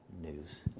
news